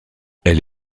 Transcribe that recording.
elle